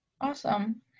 Awesome